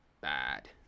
Bad